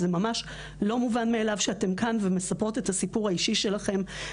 זה ממש לא מובן מאליו שאתן כאן ומספרות את הסיפור האישי שלכן.